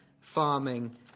farming